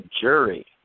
jury